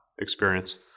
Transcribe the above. experience